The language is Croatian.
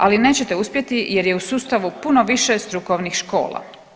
Ali nećete uspjeti jer je u sustavu puno više strukovnih škola.